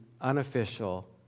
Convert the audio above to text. unofficial